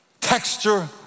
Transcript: texture